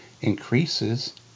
increases